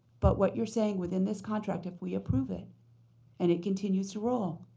but what you're saying within this contract if we approve it and it continues to roll,